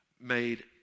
made